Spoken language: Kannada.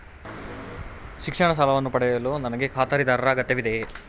ಶಿಕ್ಷಣ ಸಾಲವನ್ನು ಪಡೆಯಲು ನನಗೆ ಖಾತರಿದಾರರ ಅಗತ್ಯವಿದೆಯೇ?